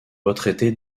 retraité